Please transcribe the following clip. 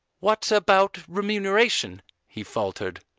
what about remuneration he faltered.